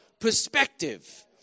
perspective